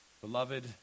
Beloved